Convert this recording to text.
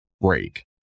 break